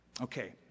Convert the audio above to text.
Okay